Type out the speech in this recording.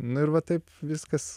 nu ir va taip viskas